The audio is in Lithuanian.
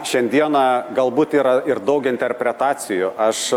šiandieną galbūt yra ir daug interpretacijų aš